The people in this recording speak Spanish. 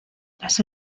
las